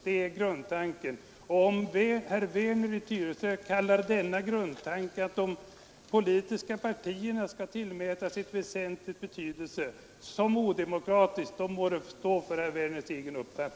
Det är grundtanken. Om det är denna tanke, vilken innebär att de politiska partierna skall tillmätas en väsentlig betydelse i detta sammanhang, som herr Werner i Tyresö kallar odemokratisk, må det stå för herr Werners egen räkning.